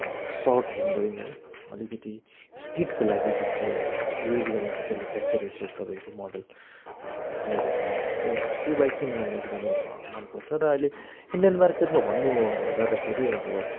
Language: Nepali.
सर्ट हेन्डल है अलिकति स्पिडको लागि जुन चाहिँ युज गरिन्छ त्यसलाई क्याफे रेसर तपाईँको मोडल हामीहरू भन्ने गर्छु त्यो बाइक पनि मलाई एकदमै मन पर्छ र अहिले इन्डियन मार्केटमा भन्नु जाँदाखेरि अब